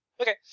Okay